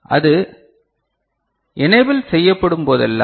அது எனேபில் செய்யப்படும்போதெல்லாம்